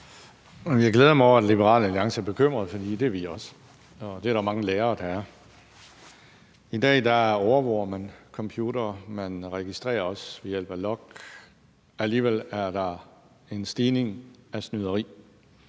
Jeg glæder mig over, at Liberal Alliance er bekymret, for det er vi også, og det er der mange lærere der er. I dag overvåger man computere. Man registrerer også ved hjælp af log. Alligevel er der en stigning i snyderi.